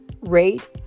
rate